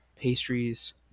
Pastries